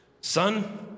Son